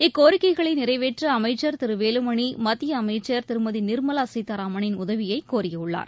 இக்கோரிக்கைகளை நிறைவேற்ற அமைச்சர் திரு வேலுமணி மத்திய அமைச்சர் திருமதி நிர்மலா சீதாராமனின் உதவியை கோரியுள்ளார்